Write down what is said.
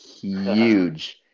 huge